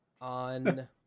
on